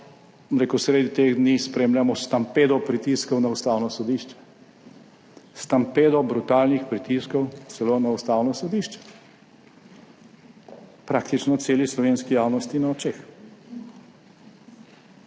ravno sredi teh dni spremljamo stampedo pritiskov na Ustavno sodišče, stampedo brutalnih pritiskov celo na Ustavno sodišče praktično celi slovenski javnosti na očeh.